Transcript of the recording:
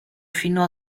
fino